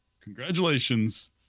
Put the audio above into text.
Congratulations